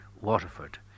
Waterford